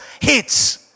hits